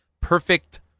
Perfect